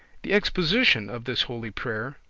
the exposition of this holy prayer,